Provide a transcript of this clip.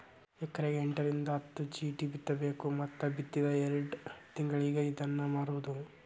ಎಕರೆಕ ಎಂಟರಿಂದ ಹತ್ತ ಚಿಟ್ಟಿ ಬಿತ್ತಬೇಕ ಮತ್ತ ಬಿತ್ತಿದ ಎರ್ಡ್ ತಿಂಗಳಿಗೆ ಇದ್ನಾ ಮಾರುದು